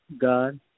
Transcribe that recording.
God